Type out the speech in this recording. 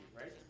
right